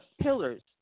pillars